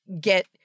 get